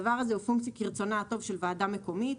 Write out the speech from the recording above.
הדבר הזה הוא פונקציה כרצונה הטוב של ועדה מקומית.